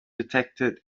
detected